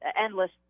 endless